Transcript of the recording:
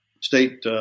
state